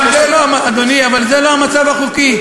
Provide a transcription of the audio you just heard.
אבל זה לא המצב החוקי.